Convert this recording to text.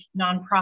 nonprofit